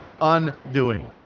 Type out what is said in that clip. undoing